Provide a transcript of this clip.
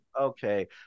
Okay